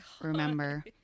remember